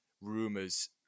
rumors